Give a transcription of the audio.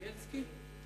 בילסקי?